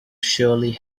surely